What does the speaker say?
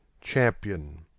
Champion